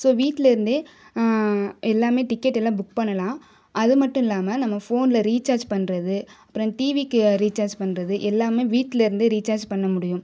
so வீட்டில் இருந்தே எல்லாமே டிக்கெட் எல்லாம் புக் பண்ணலாம் அது மட்டும் இல்லாமல் நம்ம ஃபோனில் ரீசார்ஜ் பண்ணுறது அப்புறம் டிவிக்கு ரீசார்ஜ் பண்ணுறது எல்லாமே வீட்டில் இருந்தே ரீசார்ஜ் பண்ண முடியும்